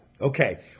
Okay